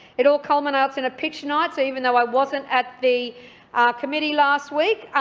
it all culminates in a pitch night, so even though i wasn't at the committee last week,